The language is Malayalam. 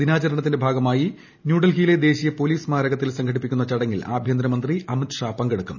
ദിനാചരണത്തിന്റെ ഭാഗമായി ന്യൂഡൽഹിയിലെ ദേശീയ പോലീസ് സ്മാരകത്തിൽ സംഘടിപ്പിക്കുന്ന ചടങ്ങിൽ ആഭൃന്തരമന്ത്രി അമിത്ഷാ പങ്കെടുക്കും